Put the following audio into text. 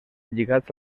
lligats